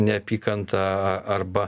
neapykantą arba